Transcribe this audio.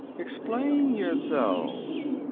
explain yourself!